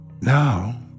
Now